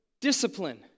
discipline